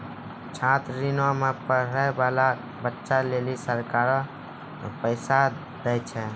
छात्र ऋणो मे पढ़ै बाला बच्चा लेली सरकारें पैसा दै छै